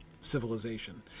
civilization